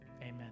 Amen